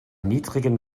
niedrigen